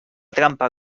trampa